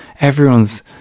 everyone's